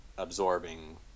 Absorbing